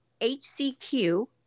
HCQ